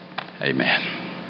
Amen